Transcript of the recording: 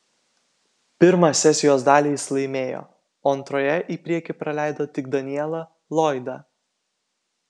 pirmą sesijos dalį jis laimėjo o antroje į priekį praleido tik danielą lloydą